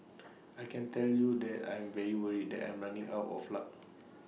I can tell you that I'm very worried and I'm running out of luck